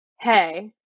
Hey